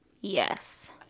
Yes